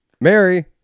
Mary